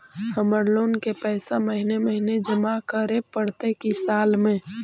हमर लोन के पैसा महिने महिने जमा करे पड़तै कि साल में?